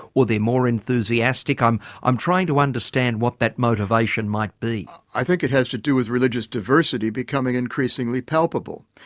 or they're more enthusiastic? i'm i'm trying to understand what that motivation might be. i think it has to do with religious diversity becoming increasingly palpable.